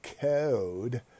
code